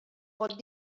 pot